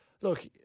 Look